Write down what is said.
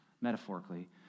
metaphorically